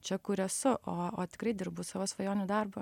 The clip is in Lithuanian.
čia kur esu o o tikrai dirbu savo svajonių darbą